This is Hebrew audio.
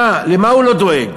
מה, למה הוא לא דואג?